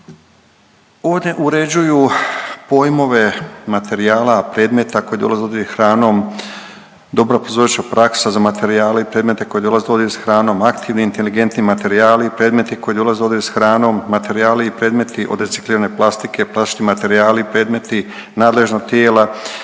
One uređuju pojmove materijala, predmeta koji dolaze u dodir hranom, dobra trgovačka praksa za materijale i predmete koji dolaze u dodir sa hranom, aktivni inteligentni materijali i predmeti koji dolaze u dodir sa hranom, materijali i predmeti od reciklirane plastike, plastični materijali, predmeti, nadležna tijela